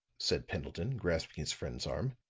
said pendleton, grasping his friend's arm.